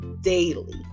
Daily